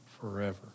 forever